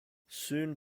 soon